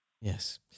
Yes